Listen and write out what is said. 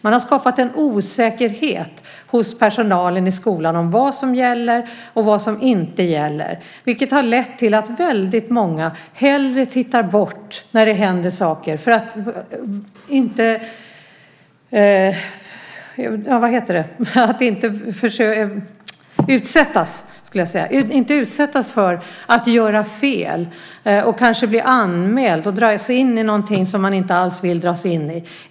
De har skapat en osäkerhet hos personalen i skolan om vad som gäller och vad som inte gäller. Det har lett till att många hellre tittar bort när det händer saker för att inte utsättas för att göra fel, kanske bli anmälda och dras in i något som de inte alls vill dras in i.